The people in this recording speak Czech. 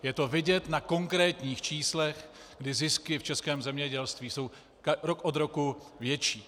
Je to vidět na konkrétních číslech, kdy zisky v českém zemědělství jsou rok od roku větší.